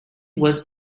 was